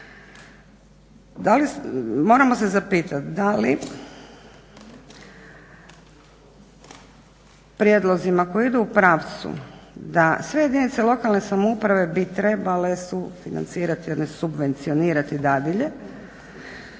Moramo se zapitat da li prijedlozima koji idu u pravcu da sve jedinice lokalne samouprave bi trebale sufinancirati, a ne